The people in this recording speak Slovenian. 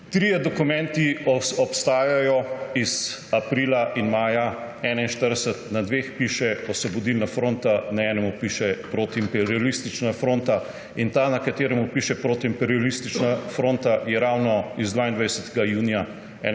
trije dokumenti iz aprila in maja 1941, na dveh piše Osvobodilna fronta, na enem piše Protiimperialistična fronta. Ta, na katerem piše Protiimperialistična fronta, je ravno z 22. junija